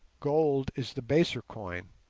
gold is the baser coin,